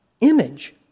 image